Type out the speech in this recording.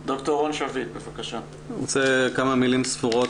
אני רוצה להוסיף כמה מילים ספורות.